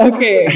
Okay